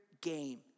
game